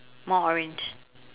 more orange